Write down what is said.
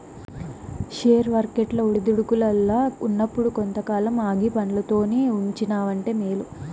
share వర్కెట్లు ఒడిదుడుకుల్ల ఉన్నప్పుడు కొంతకాలం ఆగి పండ్లల్లోనే ఉంచినావంటే మేలు